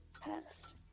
Pass